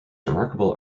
remarkable